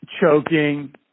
choking